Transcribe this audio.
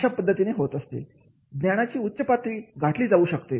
अशा पद्धतीने होते ज्ञानाची उच्च पातळी घातली जाऊ शकते